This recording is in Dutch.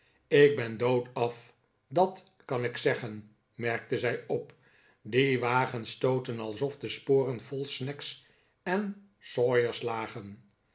ik ben doodaf dat kan ik zeggen merkte zij op die wagens stooten alsof de sporen vol snags en sawyers lagen